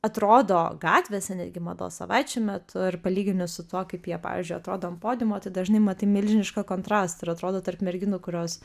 atrodo gatvės a netgi mados savaičių metu ir palyginus su tuo kaip jie pavyzdžiui atrodo ant podiumo tai dažnai matai milžinišką kontrastą ir atrodo tarp merginų kurios